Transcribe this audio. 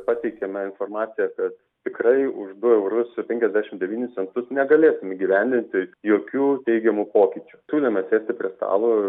pateikėme informaciją kad tikrai už du eurus ir penkiasdešim devynis centus negalėtum įgyvendinti jokių teigiamų pokyčių turime atsisėsti prie stalo